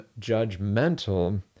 judgmental